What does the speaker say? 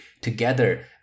together